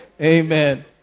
Amen